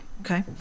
okay